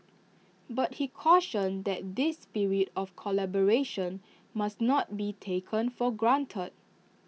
but he cautioned that this spirit of collaboration must not be taken for granted